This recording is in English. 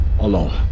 alone